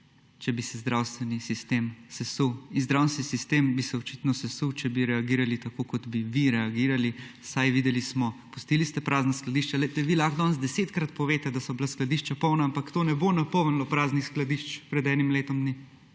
če bi se zdravstveni sistem sesul. In zdravstveni sistem bi se očitno sesul, če bi reagirali tako, kot bi vi reagirali. Saj smo videli, pustili ste prazna skladišča. Glejte, vi lahko danes desetkrat poveste, da so bila skladišča polna, ampak to ne bo napolnilo praznih skladišč pred enim letom dni.